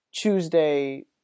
Tuesday